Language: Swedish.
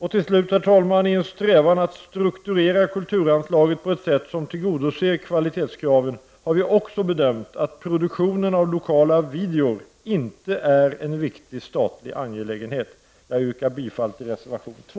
Herr talman! I en strävan att strukturera kulturanslaget på ett sätt som tillgodoser kvalitetskraven har vi också bedömt att produktionen av lokala videogram inte är en viktig statlig angelägenhet. Jag yrkar bifall till reservation 2.